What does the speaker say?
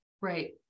right